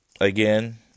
again